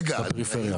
נתנו בפריפריה.